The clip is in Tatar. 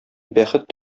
бәхет